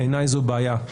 בעיני זאת בעיה.